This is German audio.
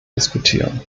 diskutieren